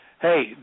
hey